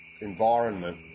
environment